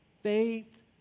Faith